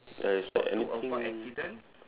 uh it's like anything